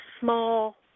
small